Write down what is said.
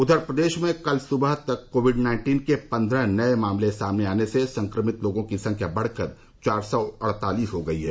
उधर प्रदेश में कल सुबह तक कोविड नाइन्टीन के पन्द्रह नये मामले आने से संक्रमित लोगों की संख्या बढ़कर चार सौ अड़तालीस हो गई है